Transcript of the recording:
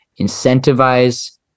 Incentivize